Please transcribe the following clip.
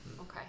Okay